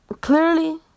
clearly